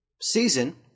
season